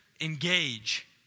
engage